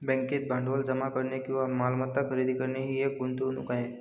बँकेत भांडवल जमा करणे किंवा मालमत्ता खरेदी करणे ही एक गुंतवणूक आहे